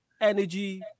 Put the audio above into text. energy